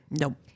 Nope